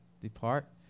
depart